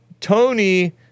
Tony